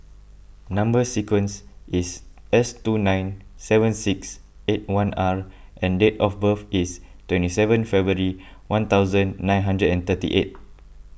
Number Sequence is S two nine seven six eight one R and date of birth is twenty seven February one thousand nine hundred and thirty eight